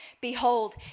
Behold